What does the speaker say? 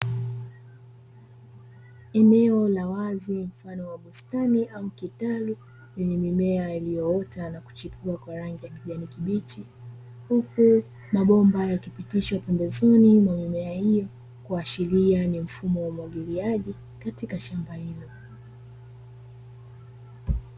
Eneo la wazi mfano wa bustani au kitalu lenye mimea iliyoota na kuchipua kwa rangi ya kijani kibichi. Huku mabomba yakipitishwa pembezoni mwa miea iyo. Kuashiria mfumo wa umwagiliaji katika shamba ilo.